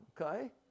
Okay